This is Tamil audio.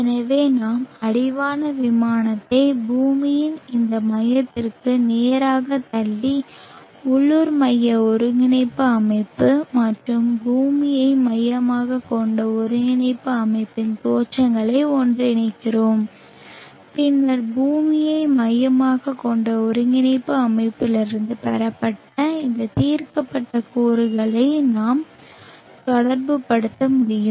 எனவே நாம் அடிவான விமானத்தை பூமியின் இந்த மையத்திற்கு நேராகத் தள்ளி உள்ளூர் மைய ஒருங்கிணைப்பு அமைப்பு மற்றும் பூமியை மையமாகக் கொண்ட ஒருங்கிணைப்பு அமைப்பின் தோற்றங்களை ஒன்றிணைக்கிறோம் பின்னர் பூமியை மையமாகக் கொண்ட ஒருங்கிணைப்பு அமைப்பிலிருந்து பெறப்பட்ட இந்த தீர்க்கப்பட்ட கூறுகளை நாம் தொடர்புபடுத்த முடியும்